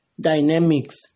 dynamics